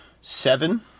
seven